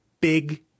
Big